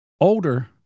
Older